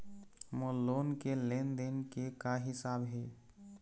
मोर loan के लेन देन के का हिसाब हे?